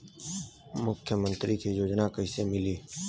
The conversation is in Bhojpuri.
मुख्यमंत्री के योजना कइसे मिली?